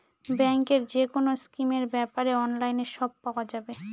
ব্যাঙ্কের যেকোনো স্কিমের ব্যাপারে অনলাইনে সব পাওয়া যাবে